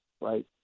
right